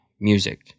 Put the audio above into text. music